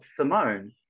Simone